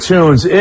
Tunes